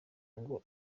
ngo